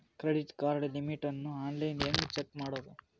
Credit card limit ಅನ್ನು online ಹೆಂಗ್ check ಮಾಡೋದು?